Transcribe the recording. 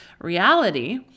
reality